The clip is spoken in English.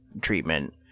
treatment